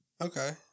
Okay